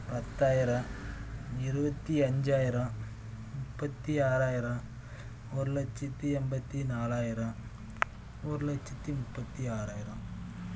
பத்தாயிரம் இருபத்தி அஞ்சாயிரம் முப்பத்து ஆறாயிரம் ஒரு லட்சத்து எண்பத்தி நாலாயிரம் ஒரு லட்சத்து முப்பத்து ஆறாயிரம்